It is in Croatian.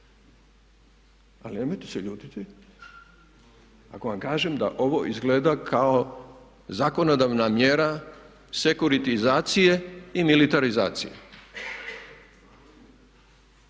ali nemojte se ljutiti ako vam kažem da ovo izgleda kao zakonodavna mjera sekuritizacije i militarizacije.